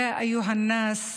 הוי אנשים,